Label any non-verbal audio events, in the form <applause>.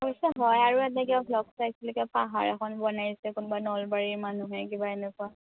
<unintelligible> মই আৰু এনেকৈ ভ্ল'গ চাইছিলোঁ কিবা পাহাৰ এখন বনাইছে কোনোবা নলবাৰীৰ মানুহে কিবা এনেকুৱা